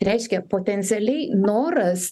reiškia potencialiai noras